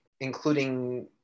including